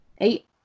eight